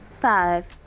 Five